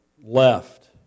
left